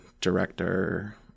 director